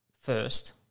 first